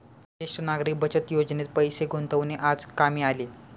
ज्येष्ठ नागरिक बचत योजनेत पैसे गुंतवणे आज कामी आले